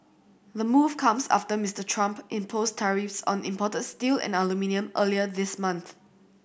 the move comes after Mister Trump imposed tariffs on imported steel and aluminium earlier this month